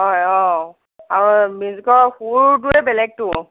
হয় অঁ আৰু মিউজিকৰ সুৰটোৱে বেলেগতো